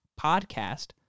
Podcast